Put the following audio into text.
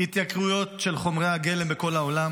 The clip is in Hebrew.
התייקרויות של חומרי הגלם בכל העולם,